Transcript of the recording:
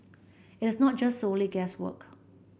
it is not just solely guesswork